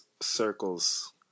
circles